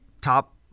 top